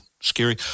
scary